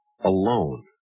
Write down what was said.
alone